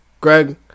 Greg